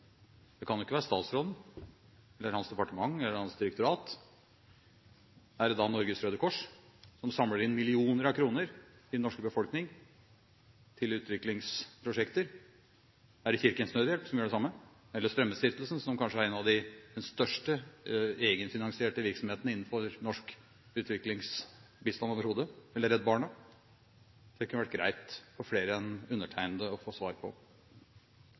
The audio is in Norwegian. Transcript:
Det kan ikke være statsråden, hans departement eller hans direktorat. Er det da Norges Røde Kors, som samler inn millioner av kroner i den norske befolkning til utviklingsprosjekter? Er det Kirkens Nødhjelp, som gjør det samme, eller Strømmestiftelsen, som kanskje er en av de største egenfinansierte virksomhetene innenfor norsk utviklingsbistand overhodet, eller Redd Barna? Det kunne det ha vært greit for flere enn undertegnede å få svar på.